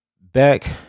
Back